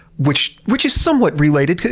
which which is somewhat related.